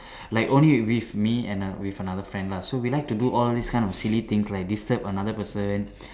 like only with me and with another friend lah so we like to do all these kind of silly things like disturb another person